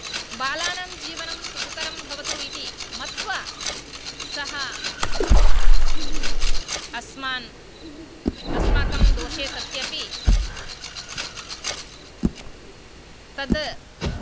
बालानां जीवनं सुखकरं भवतु इति मत्वा सः अस्मान् अस्माकं दोषे सत्यपि तत्